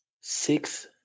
six